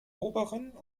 oberen